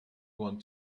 want